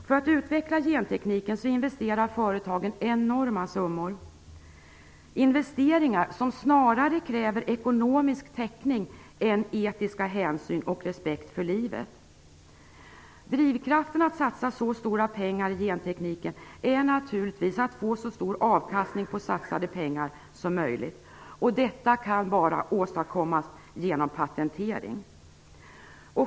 För att utveckla gentekniken investerar företagen enorma summor. När det gäller dessa investeringar kräver man snarare ekonomisk täckning än etiska hänsyn och respekt för livet. Drivkraften till att satsa så stora pengar på gentekniken är naturligtvis att få så stor avkastning på satsade pengar som möjligt. Detta kan åstadkommas bara genom patentering.